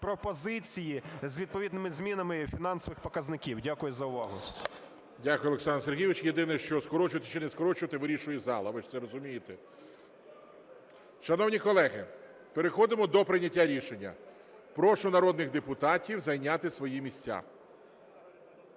пропозиції, з відповідними змінами фінансових показників. Дякую за увагу. ГОЛОВУЮЧИЙ. Дякую, Олександр Сергійович. Єдине, що скорочувати чи не скорочувати вирішує зал, ви ж це розумієте. Шановні колеги, переходимо до прийняття рішення. Прошу народних депутатів зайняти свої місця.